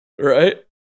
right